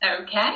Okay